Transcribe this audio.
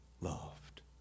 loved